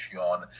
on